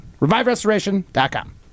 ReviveRestoration.com